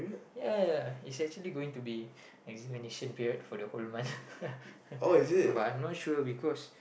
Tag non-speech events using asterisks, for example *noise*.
ya ya is actually going to be examination period for the whole month *laughs* but I'm not sure because